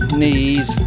knees